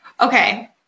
Okay